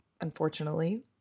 unfortunately